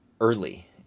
early